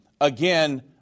Again